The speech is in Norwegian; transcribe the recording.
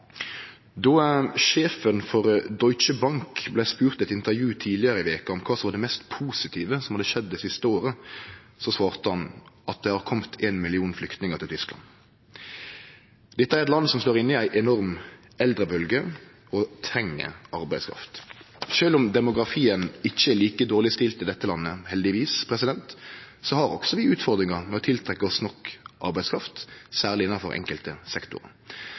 Då sjefen for Deutsche Bank vart spurd i eit intervju tidlegare i veka om kva som var det mest positive som hadde skjedd det siste året, svarte han at det var at det hadde kome éin million flyktningar til Tyskland. Dette er eit land som skal inn i ei enorm eldrebølgje, og treng arbeidskraft. Sjølv om demografien ikkje er like dårleg stilt i dette landet, heldigvis, har også vi utfordringar med å tiltrekkje oss nok arbeidskraft, særleg innanfor enkelte sektorar.